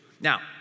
Now